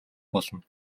болно